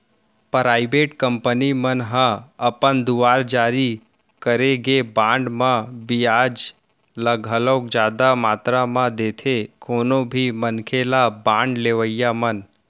private company मन ह अपन दुवार जारी करे गे बांड मन म बियाज ल घलोक जादा मातरा म देथे कोनो भी मनखे ल बांड लेवई म